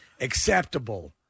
acceptable